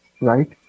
right